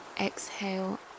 exhale